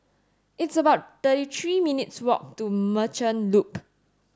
it's about thirty three minutes' walk to Merchant Loop